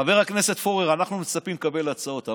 חבר הכנסת פורר, אנחנו מצפים לקבל הצעות.